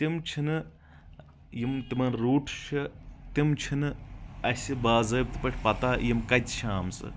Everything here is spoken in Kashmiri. تِم چھِنہٕ یِم تِمن روٗٹٕس چھِ تِم چھِنہٕ اسہِ باضٲبطہٕ پٲٹھۍ پتہ یِم کتہِ چھِ آمژٕ